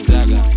Zaga